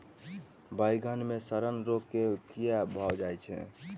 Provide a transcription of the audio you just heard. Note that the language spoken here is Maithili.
बइगन मे सड़न रोग केँ कीए भऽ जाय छै?